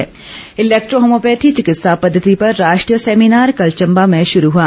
seminar electrohomeopathy चिकित्सा पद्धति पर राष्ट्रीय सेमिनार कल चंबा में शुरू हुआ